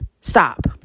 Stop